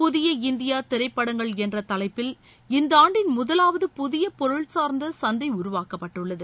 புதிய இந்தியா திரைப்படங்கள் என்ற தலைப்பில் இந்த ஆண்டின் முதலாவது புதிய பொருள் சார்ந்த சந்தை உருவாக்கப்பட்டுள்ளது